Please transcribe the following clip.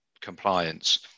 compliance